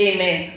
Amen